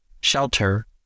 shelter